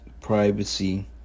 privacy